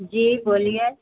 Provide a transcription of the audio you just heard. जी बोलिए